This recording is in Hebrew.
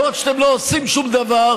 לא רק שאתם לא עושים שום דבר,